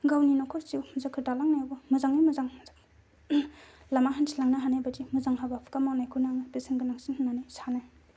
गावनि न'खर जिउखौ दालांनायावबो मोजाङै मोजां लामा हान्थिलांनो हानाय बायदि मोजां हाबा हुखा मावनायखौनो आं बेसेन गोनांसिन होननानै सानो